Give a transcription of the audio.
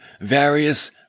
various